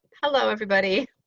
hello everybody.